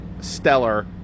stellar